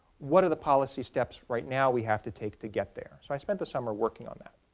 what are the policy steps right now we have to take to get there? so i spent the summer working on that.